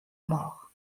mort